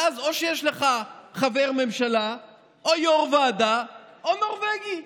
ואז, או שיש לך חבר ממשלה או יו"ר ועדה או נורבגי.